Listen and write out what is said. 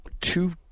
two